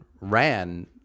ran